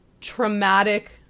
traumatic